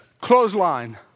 clothesline